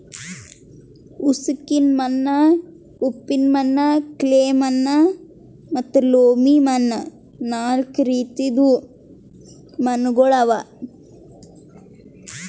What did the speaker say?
ಉಸುಕಿನ ಮಣ್ಣ, ಉಪ್ಪಿನ ಮಣ್ಣ, ಕ್ಲೇ ಮಣ್ಣ ಮತ್ತ ಲೋಮಿ ಮಣ್ಣ ನಾಲ್ಕು ರೀತಿದು ಮಣ್ಣುಗೊಳ್ ಅವಾ